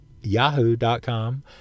yahoo.com